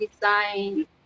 design